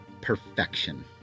perfection